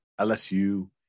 LSU